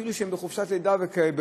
אפילו כשהם בחופשת לידה וכדומה,